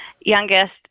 youngest